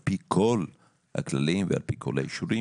על פי כל הכללים ועל פי כל האישורים,